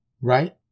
Right